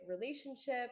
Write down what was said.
relationship